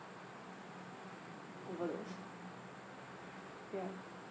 over the ya